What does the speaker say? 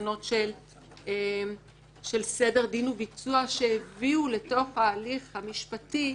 תקנות של סדר דין וביצוע שהביאו לתוך ההליך המשפטי,